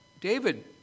David